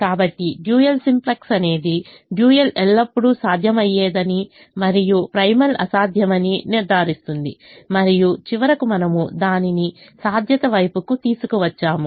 కాబట్టి dual simplex అనేది dual ఎల్లప్పుడూ సాధ్యమయ్యేదని మరియు ప్రైమల్ అసాధ్యమని నిర్ధారిస్తుంది మరియు చివరకు మనము దానిని సాధ్యత వైపుకు తీసుకువచ్చాము